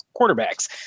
quarterbacks